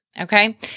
okay